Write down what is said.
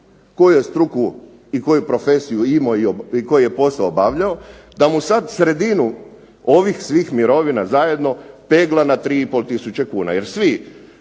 koju je struku i koju je profesiju imao i koji je posao obavljao da mu sad sredinu ovih svih mirovina zajedno pegla na 3 i pol tisuća kuna.